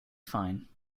fine